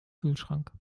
kühlschrank